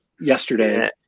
yesterday